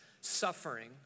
suffering